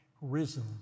risen